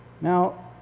Now